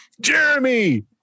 jeremy